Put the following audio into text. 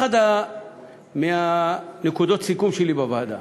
אחת מנקודות הסיכום שלי בוועדה,